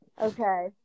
Okay